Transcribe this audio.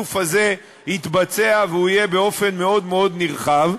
שהאיסוף הזה יתבצע והוא יהיה מאוד מאוד נרחב,